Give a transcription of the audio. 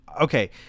Okay